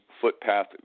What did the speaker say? footpath